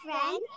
friend